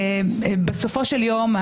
בסופו של יום,